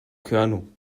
körnung